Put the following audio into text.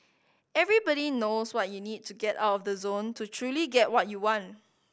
everybody knows what you need to get out of the zone to truly get what you want